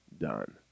done